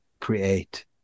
create